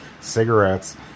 cigarettes